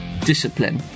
discipline